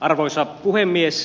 arvoisa puhemies